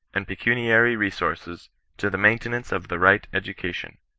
and pecuniary resources to the main tenance of the right education,